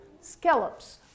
scallops